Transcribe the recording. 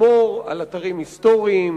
לשמור על אתרים היסטוריים,